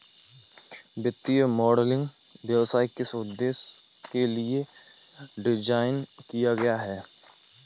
वित्तीय मॉडलिंग व्यवसाय किस उद्देश्य के लिए डिज़ाइन किया गया है?